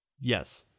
Yes